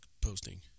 posting